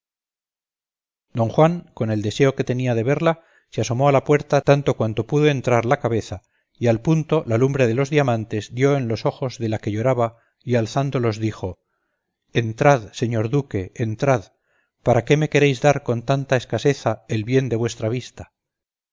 don juan con el deseo que tenía de verla se asomó a la puerta tanto cuanto pudo entrar la cabeza y al punto la lumbre de los diamantes dio en los ojos de la que lloraba y alzándolos dijo entrad señor duque entrad para qué me queréis dar con tanta escaseza el bien de vuestra vista